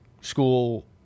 school